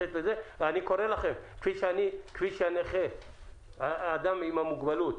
כפי שהאדם עם המוגבלות